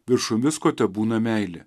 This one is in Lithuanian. viršum visko tebūna meilė